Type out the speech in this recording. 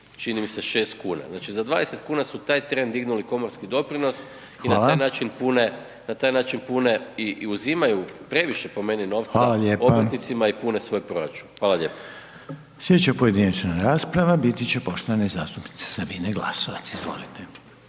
čini mi se, znači za 20 kuna su taj tren dignuli komorski doprinos i na taj način pune i uzimaju previše po meni novca obrtnicima i pune svoj proračun. Hvala lijepa. **Reiner, Željko (HDZ)** Sljedeća pojedinačna rasprava biti će poštovane zastupnice Sabine Glasovac. Izvolite.